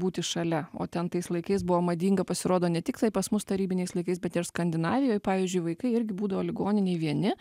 būti šalia o ten tais laikais buvo madinga pasirodo ne tiktai pas mus tarybiniais laikais bet ir skandinavijoj pavyzdžiui vaikai irgi būdavo ligoninėj vieni